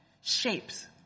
shapes